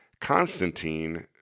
Constantine